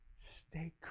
stay